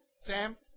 Sam